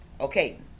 Okay